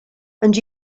and